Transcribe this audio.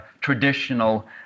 traditional